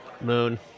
Moon